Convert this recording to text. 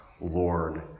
Lord